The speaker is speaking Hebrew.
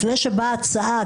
לפני שבאה ההצעה.